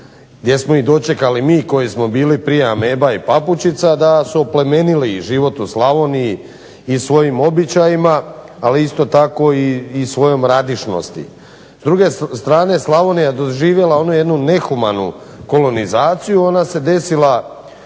gdje smo ih dočekali mi koji smo bili prije ameba i papučica da su oplemenili život u Slavoniji i svojim običajima, ali isto tako i svojom radišnosti. S druge strane, Slavonija je doživjela onu jednu nehumanu kolonizaciju, ona se desila